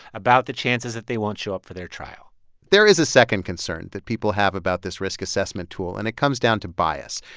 about the chances that they won't show up for their trial there is a second concern that people have about this risk assessment tool, and it comes down to bias.